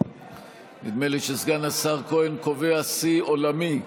נדמה לי שסגן השר כהן קובע שיא עולמי,